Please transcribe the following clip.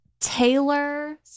Taylor